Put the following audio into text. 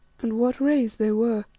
and what rays they were!